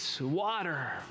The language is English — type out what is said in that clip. water